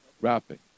wrapping